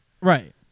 Right